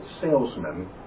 salesmen